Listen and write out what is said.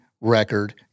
record